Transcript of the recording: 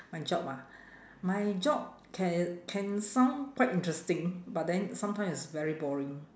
my job ah my job can can sound quite interesting but then sometimes it's very boring